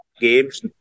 games